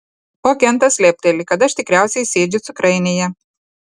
o kentas lepteli kad aš tikriausiai sėdžiu cukrainėje